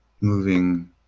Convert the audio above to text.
moving